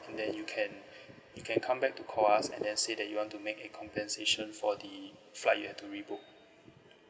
and then you can you can come back to call us and then say that you want to make a compensation for the flight you have to rebook